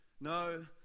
No